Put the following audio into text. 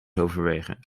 overwegen